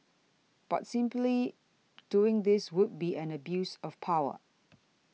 but simply doing this would be an abuse of power